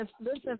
listen